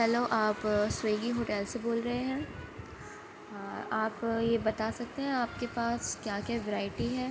hello آپ Swiggy hotel سے بول رہے ہیں آپ یہ بتا سکتے ہیں آپ کے پاس کیا کیا ورائٹی ہے